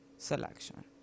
selection